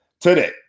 today